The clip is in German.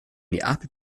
neapel